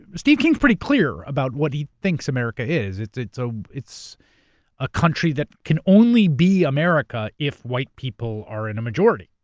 steve king's pretty clear about what he thinks america is it's it's ah a country that can only be america if white people are in a majority.